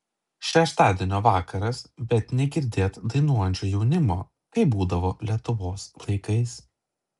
šeštadienio vakaras bet negirdėt dainuojančio jaunimo kaip būdavo lietuvos laikais